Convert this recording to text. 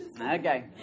Okay